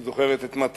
הוא זוכר את מתתיהו,